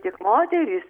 tik moterys